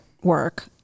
work